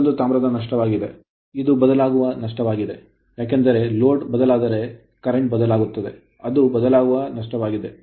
ಮತ್ತೊಂದು ತಾಮ್ರದ ನಷ್ಟವಾಗಿದೆ ಇದು ಬದಲಾಗುವ ನಷ್ಟವಾಗಿದೆ ಏಕೆಂದರೆ ಲೋಡ್ ಬದಲಾದರೆ ಪ್ರಸ್ತುತ current ಬದಲಾಗುತ್ತದೆ ಅದು ಬದಲಾಗುವ ನಷ್ಟವಾಗಿದೆ